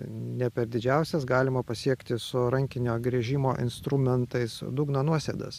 ne per didžiausias galima pasiekti su rankinio gręžimo instrumentais dugno nuosėdas